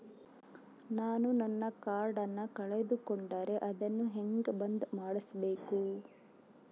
ನಾನು ನನ್ನ ಕಾರ್ಡನ್ನ ಕಳೆದುಕೊಂಡರೆ ಅದನ್ನ ಹೆಂಗ ಬಂದ್ ಮಾಡಿಸಬೇಕು?